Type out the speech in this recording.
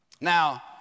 now